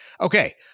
Okay